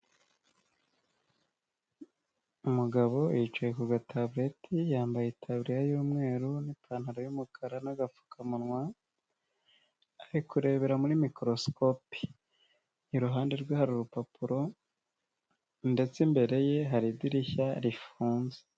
Umugabo yicaye ku gatabureti, yambaye itaburiya y'umweru n'ipantaro y'umukara n'agapfukamunwa, ari kurebera muri mikorosikopi, iruhande rwe hari urupapuro ndetse imbere ye hari idirishya rifunze,